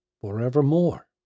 forevermore